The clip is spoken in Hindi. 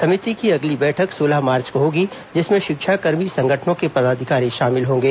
समिति की अगली बैठक सोलह मार्च को होगी जिसमें शिक्षाकर्मी संगठनों के पदाधिकारी शामिल होंगे